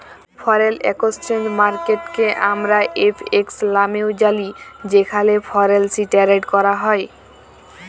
foreign exchange মার্কেটকে আমরা FX লামেও জালি যেখালে ফরেলসি টেরেড ক্যরা হ্যয়